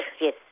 yes